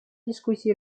дискуссии